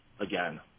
again